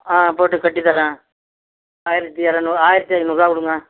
ஆ போட்டுக் கட்டித்தர்றேன் ஆயிரத்தி இரநூறு ஆயிரத்தி ஐந்நூறுரூவா கொடுங்க